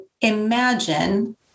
imagine